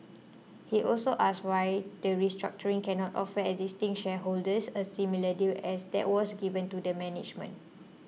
he also asked why the restructuring cannot offer existing shareholders a similar deal as that was given to the management